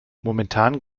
momentan